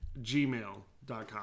gmail.com